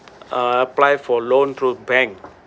apply for loan through bank